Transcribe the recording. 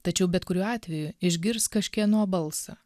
tačiau bet kuriuo atveju išgirs kažkieno balsą